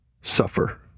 suffer